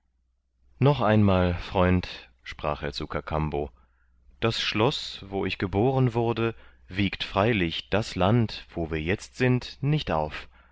noch einmal freund sprach er zu kakambo das schloß wo ich geboren wurde wiegt freilich das land wo wir jetzt sind nicht auf